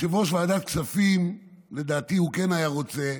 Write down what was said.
יושב-ראש ועדת הכספים, לדעתי הוא כן היה רוצה,